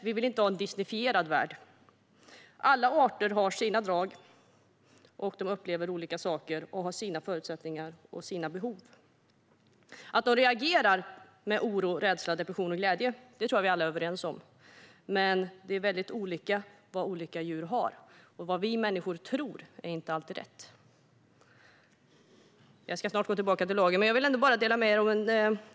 Vi vill inte ha en disneyfierad värld. Alla arter har sina drag. De upplever olika saker, har sina förutsättningar och sina behov. Att de reagerar med oro, rädsla, depression och glädje tror jag att vi alla är överens om. Men olika djur har mycket olika drag. Vad vi människor tror är inte alltid rätt. Jag ska snart återgå till att tala om lagen. Men jag vill ändå dela med mig av något.